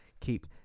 keep